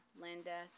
Linda